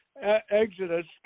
Exodus